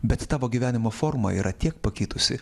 bet tavo gyvenimo forma yra tiek pakitusi